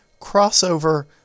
crossover